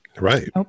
right